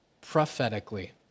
prophetically